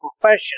profession